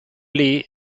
lee